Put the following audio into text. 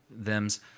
thems